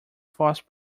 false